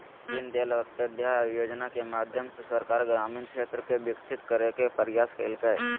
दीनदयाल अंत्योदय योजना के माध्यम से सरकार ग्रामीण क्षेत्र के विकसित करय के प्रयास कइलके